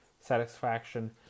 satisfaction